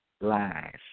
Lies